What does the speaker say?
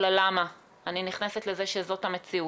זאת שאלה.